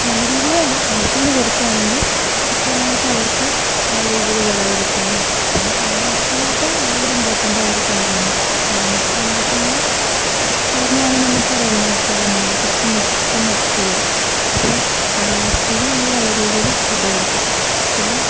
നല്ല രീതിയിലല്ല ആവശ്യത്തിന് കൊടുക്കുകയണെങ്കിൽ കൃത്യമായിട്ട് അവർക്ക് നല്ല ഇതിൽ വിളവെടുക്കാനും പിന്നെ കാലാവസ്ഥ മാറ്റം ഭയങ്കര ഇമ്പോർട്ടൻ്റായ ഒരു കാര്യമാണ് കാലാവസ്ഥ മാറ്റങ്ങൾ കാരണമാണ് നമുക്കറിയാമല്ലോ നേരത്തെ പറഞ്ഞ പോലെ കൃഷി മൊത്തം നശിച്ച് പോകും അപ്പോൾ കാലാവസ്ഥയിൽ നമ്മൾ നല്ല രീതിയിൽ ശ്രദ്ധ കൊടുക്കാം പിന്നെ